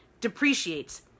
depreciates